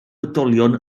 oedolion